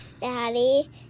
Daddy